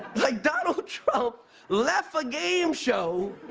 like donald trump left a game show